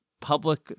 public